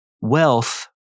wealth